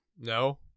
No